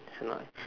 is not